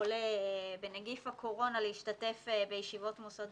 שחולה בנגיף הקורונה להשתתף בישיבות מוסד